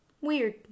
Weird